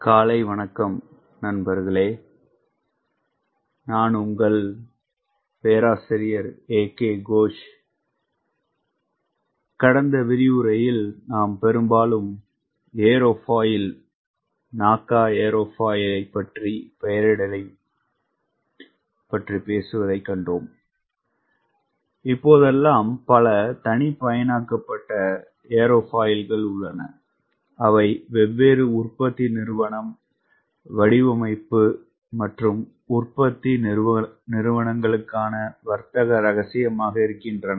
காலை வணக்கம் நண்பர்களே கடந்த விரிவுரையில் நாம் பெரும்பாலும் ஏரோஃபாயில் என்ஏசிஏ ஏரோஃபாயில் பெயரிடலைப் பற்றி பேசுவதைக் கண்டோம் இப்போதெல்லாம் பல தனிப்பயனாக்கப்பட்ட ஏரோஃபாயில்கள் உள்ளன அவை வெவ்வேறு உற்பத்தி நிறுவனம் வடிவமைப்பு மற்றும் உற்பத்தி நிறுவனங்களுக்கான வர்த்தக ரகசியமாக இருக்கின்றன